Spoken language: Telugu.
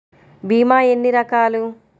భీమ ఎన్ని రకాలు?